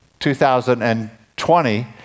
2020